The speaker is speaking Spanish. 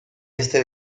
este